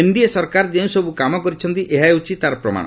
NDA ସରକାର ଯେଉଁସବୁ କାମ କରିଛନ୍ତି ଏହା ହେଉଛି ତା'ର ପ୍ରମାଣ